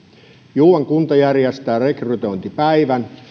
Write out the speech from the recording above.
juuan kunta järjestää rekrytointipäivän kun he